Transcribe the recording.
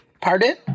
Pardon